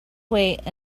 wait